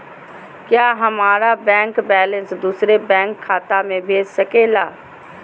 क्या हमारा bank balance दूसरे बैंक खाता में भेज सके ला?